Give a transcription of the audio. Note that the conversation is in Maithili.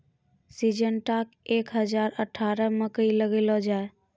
सिजेनटा एक हजार अठारह मकई लगैलो जाय?